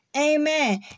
Amen